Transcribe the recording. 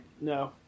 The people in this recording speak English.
No